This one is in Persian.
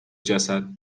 جسد